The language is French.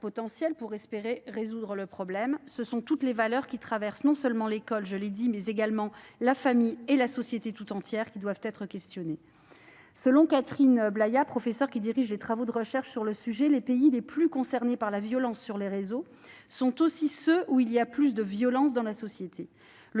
potentiels pour espérer résoudre le problème. Ce sont toutes les valeurs qui traversent non seulement l'école, mais aussi la famille et la société tout entière qui doivent être questionnées. Selon Catherine Blaya, une professeure qui dirige des travaux de recherche sur le sujet, les pays les plus concernés par la violence sur les réseaux sociaux sont aussi ceux où il y a le plus de violence dans la société. Le